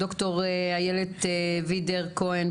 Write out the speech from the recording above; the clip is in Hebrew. ד"ר איילת וידר כהן,